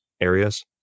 areas